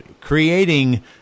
creating